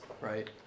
right